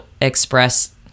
express